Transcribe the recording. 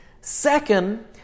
Second